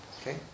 Okay